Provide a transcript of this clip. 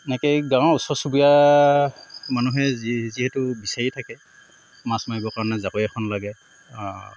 এনেকৈয়ে গাঁৱৰ ওচৰ চুবুৰীয়া মানুহে যি যিহেতু বিচাৰিয়ে থাকে মাছ মাৰিবৰ কাৰণে জাকৈ এখন লাগে